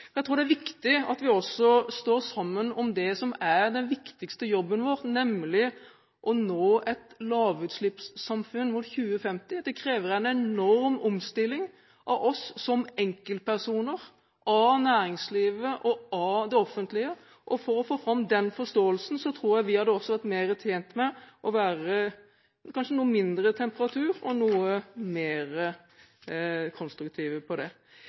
sammen. Jeg tror det er viktig at vi også står sammen om det som er den viktigste jobben vår, nemlig å nå et lavutslippssamfunn fram mot 2050. Det krever en enorm omstilling av oss som enkeltpersoner, av næringslivet og av det offentlige. For å få fram den forståelsen tror jeg vi hadde vært mer tjent med noe mindre temperatur og kanskje å være noe mer konstruktive. Til Karin Andersen: EU kommer nå med nye direktiver på